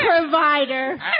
provider